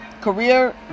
career